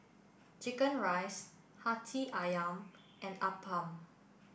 Chicken Rice Hati Ayam and Appam